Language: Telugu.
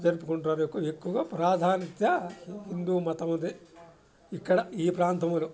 జరుపుకుంటారు ఎక్కువగా ప్రాధాన్యత హిందూ మతముదే ఇక్కడ ఈ ప్రాంతములో